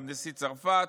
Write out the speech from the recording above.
גם נשיא צרפת.